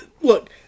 Look